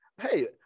Hey